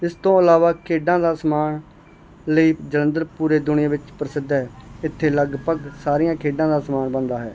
ਇਸ ਤੋਂ ਇਲਾਵਾ ਖੇਡਾਂ ਦਾ ਸਮਾਨ ਲਈ ਜਲੰਧਰ ਪੂਰੇ ਦੁਨੀਆਂ ਵਿੱਚ ਪ੍ਰਸਿੱਧ ਹੈ ਇੱਥੇ ਲਗਭਗ ਸਾਰੀਆਂ ਖੇਡਾਂ ਦਾ ਸਮਾਨ ਬਣਦਾ ਹੈ